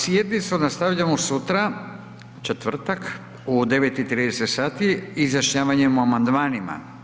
Sjednicu nastavljamo sutra, četvrtak, u 9 i 30 sati izjašnjavanjem o amandmanima.